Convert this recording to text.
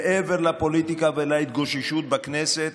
מעבר לפוליטיקה ולהתגוששות בכנסת